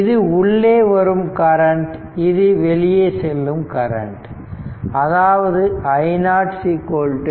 இது உள்ளே வரும் கரண்ட் இது வெளியே செல்லும் கரன்ட் அதாவது i0 i ⅙